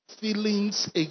feelings